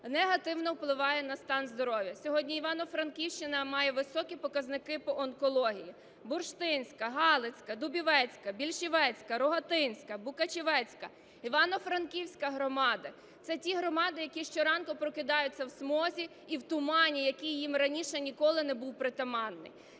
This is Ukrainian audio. негативно впливає на стан здоров'я. Сьогодні Івано-Франківщина має високі показники по онкології. Бурштинська, Галицька, Дубовецька, Більшівцівська, Рогатинська, Букачівська, Івано-Франківська громади – це ті громади, які щоранку прокидаються в смогі і в тумані, який їм раніше ніколи не був притаманний.